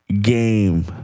game